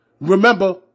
Remember